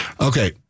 Okay